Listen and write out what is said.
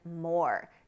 more